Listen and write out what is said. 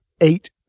eight